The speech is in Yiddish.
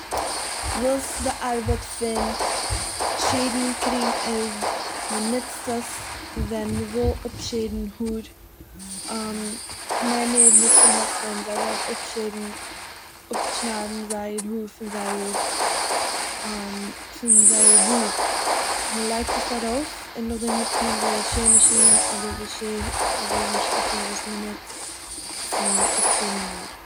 וואס די ארבעט פון שערן קרים איז. מ'נוצט עס ווען מ'וויל אפשערן האר. מענער נוצן עס ווען זיי ווילן אפשערן- אפשניידן זייער האר פון זייער- פון זייער בארד. מ'לייגט עס ארויף און נאכדעם נוצט מען די שער מאשין אדער די שער אזויווי שטיקל וואס מ'נוצט צו אפשערן די האר.